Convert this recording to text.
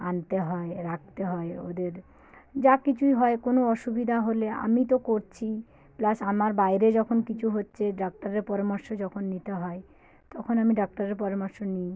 আনতে হয় রাখতে হয় ওদের যা কিছুই হয় কোনো অসুবিধা হলে আমি তো করছি প্লাস আমার বাইরে যখন কিছু হচ্ছে ডক্টরের পরামর্শ যখন নিতে হয় তখন আমি ডক্টরের পরামর্শ নিই